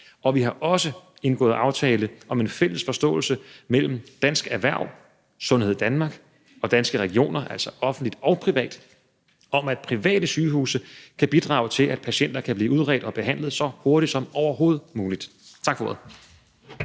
Og vi har også indgået aftale, en fælles forståelse, mellem Dansk Erhverv, Sundhed Danmark og Danske Regioner, altså offentligt og privat, om, at private sygehuse kan bidrage til, at patienter kan blive udredt og behandlet så hurtigt som overhovedet muligt. Tak for ordet.